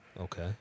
Okay